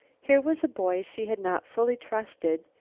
here was a boy she had not fully trusted,